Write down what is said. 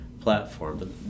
platform